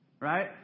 Right